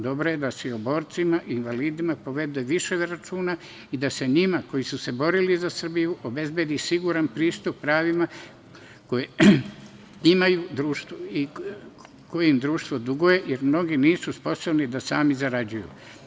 Dobro je da se i o borcima i invalidima povede više računa i da se njima koji su se borili za Srbiju obezbedi siguran pristup pravima koje im društvo duguje, jer mnogi nisu sposobni da sami zarađuju.